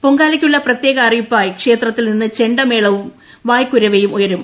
പൊങ്കാലയ്ക്കുള്ള പ്രത്യേക ആറിയിപ്പായി ക്ഷേത്രത്തിൽ നിന്ന് ചെണ്ടമേളവും വായ്ക്കുരവയും ഉയരും